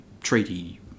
treaty